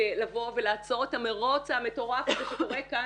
לבוא ולעצור את המרוץ המטורף הזה שקורה כאן